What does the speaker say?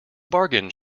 bargain